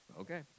okay